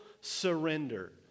surrender